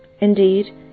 Indeed